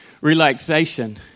relaxation